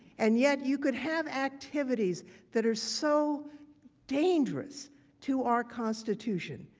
and yeah you can have activities that is so dangerous to our constitution.